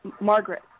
Margaret